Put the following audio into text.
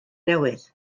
newydd